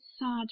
sad